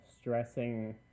stressing